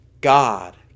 God